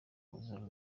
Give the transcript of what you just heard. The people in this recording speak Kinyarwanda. kuzura